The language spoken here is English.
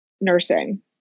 Nursing